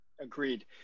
Agreed